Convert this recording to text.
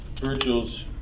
Virgil's